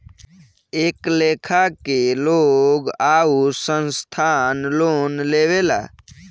कए लेखा के लोग आउर संस्थान लोन लेवेला